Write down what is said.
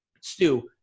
Stu